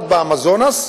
הכנסת,